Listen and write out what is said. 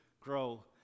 grow